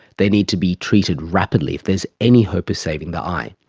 they need to be treated rapidly if there's any hope of saving the eye.